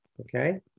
Okay